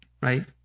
right